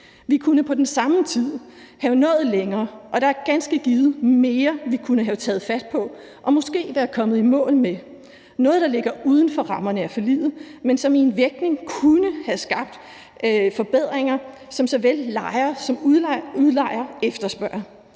Vi kunne på den samme tid have nået længere, og der er ganske givet mere, vi kunne have taget fat på og måske være kommet i mål med, noget, der ligger uden for rammerne af forliget, men som i en vægtning kunne have skabt forbedringer, som såvel lejere som udlejere efterspørger.